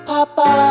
Papa